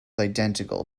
identical